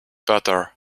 butter